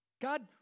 God